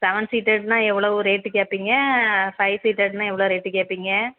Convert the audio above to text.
seven சீட்டட்னால் எவ்வளவு rate கேட்பீங்க ஃபைவ் சீட்டட்னால் எவ்வளோ ரேட்டு கேட்பீங்க